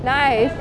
nice